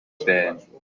stellen